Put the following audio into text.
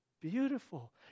Beautiful